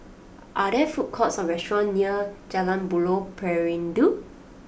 are there food courts or restaurants near Jalan Buloh Perindu